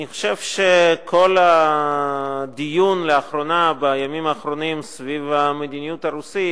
אני חושב שכל הדיון בימים האחרונים סביב המדיניות הרוסית